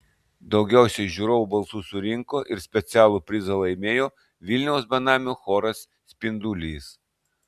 daugiausiai žiūrovų balsų surinko ir specialų prizą laimėjo vilniaus benamių choras spindulys